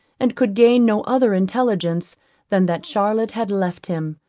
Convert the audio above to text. and could gain no other intelligence than that charlotte had left him,